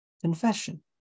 Confession